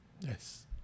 Yes